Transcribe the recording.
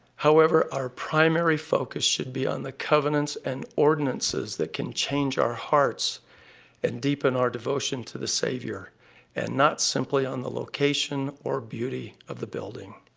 however, our primary focus should be on the covenants and ordinances that can change our hearts and deepen our devotion to the savior and not simply on the location or beauty of the building.